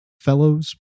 fellows